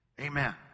Amen